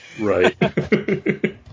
Right